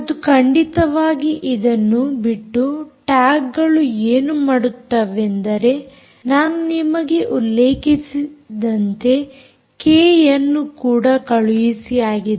ಮತ್ತು ಖಂಡಿತವಾಗಿ ಇದನ್ನು ಬಿಟ್ಟು ಟ್ಯಾಗ್ಗಳು ಏನು ಮಾಡುತ್ತವೆಂದರೆ ನಾನು ನಿಮಗೆ ಉಲ್ಲೇಖಿಸಿದಂತೆ ಕೆಯನ್ನು ಕೂಡ ಕಳುಹಿಸಿಯಾಗಿದೆ